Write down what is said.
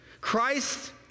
Christ